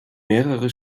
mehrere